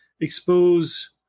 expose